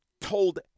told